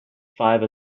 five